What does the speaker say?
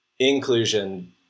Inclusion